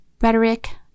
rhetoric